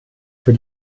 für